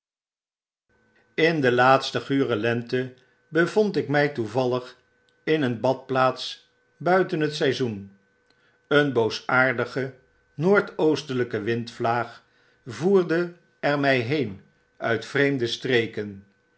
in de laatste gure lente bevond ik mfl toevallig in een badplaats buiten het seizoen een boosaardige noord oostelpe windvlaag voerde er mfl heen uit vreemde streken